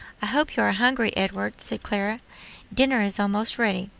hope you are hungry, edward, said clara dinner is almost ready.